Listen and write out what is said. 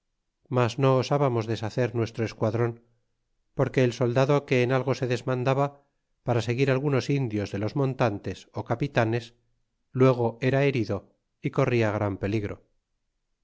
mas no osábamos deshacer nuestro esquadron porque el soldado que en algo se desmandaba para seguir algunos indios de los montantes ó capitanes luego era herido y cortia gran peligro